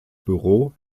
büro